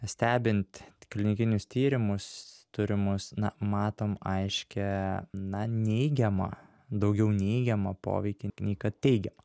stebint klinikinius tyrimus turimus na matom aiškią na neigiamą daugiau neigiamą poveikį nei kad teigiamą